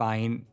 Fine